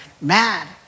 mad